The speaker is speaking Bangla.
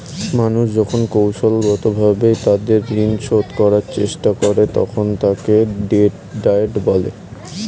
মানুষ যখন কৌশলগতভাবে তাদের ঋণ শোধ করার চেষ্টা করে, তখন তাকে ডেট ডায়েট বলে